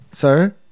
Sir